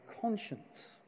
conscience